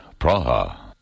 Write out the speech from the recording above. Praha